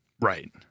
Right